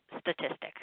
statistic